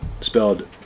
spelled